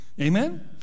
Amen